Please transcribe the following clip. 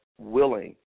willing